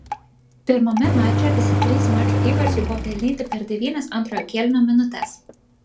pirmame mače visi trys mačo įvarčiai buvo pelnyti per devynias antrojo kėlinio minutes